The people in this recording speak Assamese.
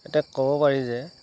এতিয়া ক'ব পাৰি যে